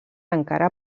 encara